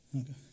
Okay